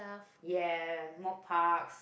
ya more parks